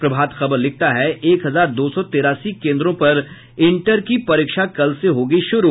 प्रभात खबर लिखता है एक हजार दो सौ तिरासी केंद्रों पर इंटर की परीक्षा कल से होगी शुरू